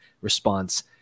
response